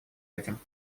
этим